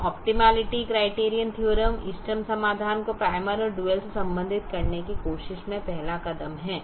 तो optimality criterion theorem इष्टतम समाधान को प्राइमल और डुअल से संबंधित करने की कोशिश में पहला कदम है